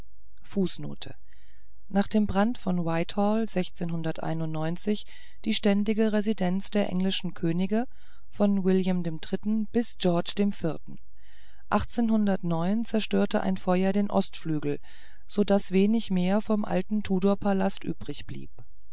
nach dem brand von die ständige residenz der englischen könige von wilhelm iii bis georg dem vierten zerstörte ein feuer den ostflügel so daß wenig mehr vom alten tudor